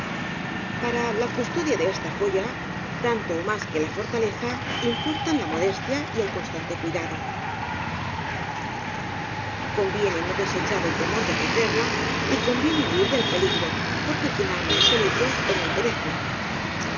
para la custodia de esta joya tanto ó más que lafortaleza importan la modestia y el constante cuidado conviene no desechar el temor de perderla y conviene huir del peligro porque quien ama el pe ligro en él perece